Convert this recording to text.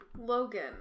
logan